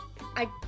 I-